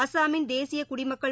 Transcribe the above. அஸ்ஸாமின் தேசியகுடிமக்கள்